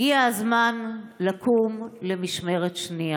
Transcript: הגיע הזמן לקום למשמרת שנייה.